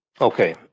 Okay